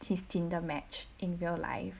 his tinder match in real life